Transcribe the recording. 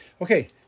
Okay